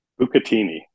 Bucatini